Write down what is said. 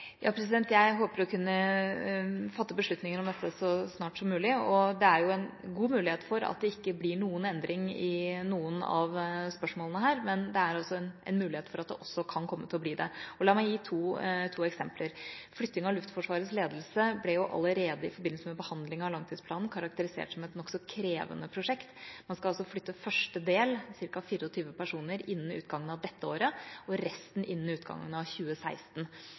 Jeg håper å kunne fatte beslutninger om dette så snart som mulig. Det er en god mulighet for at det ikke blir endring i noen av spørsmålene her, men det er altså en mulighet for at det også kan komme til å bli det. La meg gi to eksempler. Flytting av Luftforsvarets ledelse ble allerede i forbindelse med behandlingen av langtidsplanen karakterisert som et nokså krevende prosjekt. Man skal flytte første del, ca. 24 personer, innen utgangen av dette året og resten innen utgangen av 2016.